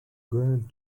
going